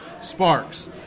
Sparks